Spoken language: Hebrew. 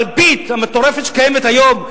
בריבית המטורפת שקיימת היום,